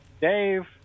Dave